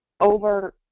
over